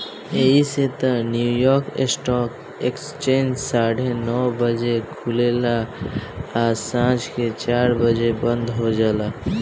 अइसे त New York stock exchange साढ़े नौ बजे खुलेला आ सांझ के चार बजे बंद हो जाला